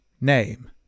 name